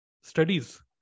studies